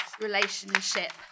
relationship